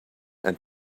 and